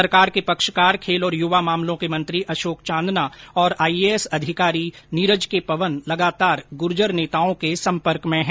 सरकार के पक्षकार खेल और युवा मामलों के मंत्री अशोक चांदना और आईएएस अधिकारी नीरज के पवन लगातार गुर्जर नेताओं के संपर्क में है